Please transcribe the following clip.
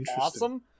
awesome